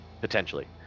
Potentially